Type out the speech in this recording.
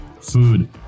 food